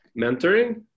Mentoring